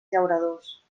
llauradors